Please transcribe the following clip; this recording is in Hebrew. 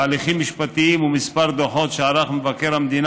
בהליכים משפטיים ובכמה דוחות שערך מבקר המדינה